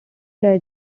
red